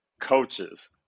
coaches